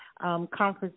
conference